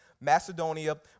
Macedonia